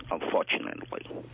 unfortunately